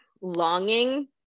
longing